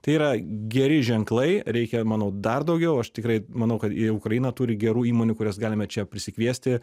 tai yra geri ženklai reikia manau dar daugiau aš tikrai manau kad ir ukraina turi gerų įmonių kurias galime čia prisikviesti